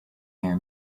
near